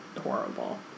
horrible